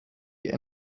die